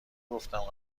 گفتم